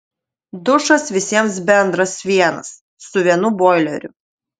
dušas visiems bendras vienas su vienu boileriu